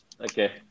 Okay